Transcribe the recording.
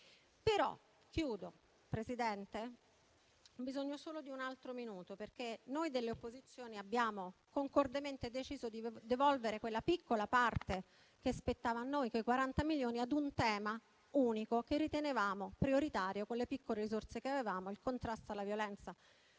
per cento in sanità. Ho bisogno solo di un altro minuto di tempo, perché noi delle opposizioni abbiamo concordemente deciso di devolvere quella piccola parte che spettava a noi, 40 milioni, a un tema unico che ritenevamo prioritario con le piccole risorse che avevamo, ossia il contrasto alla violenza